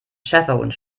schäferhund